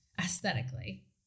aesthetically